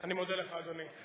אני מודה לך, אדוני.